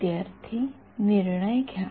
विद्यार्थीः निर्णय घ्या